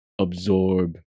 absorb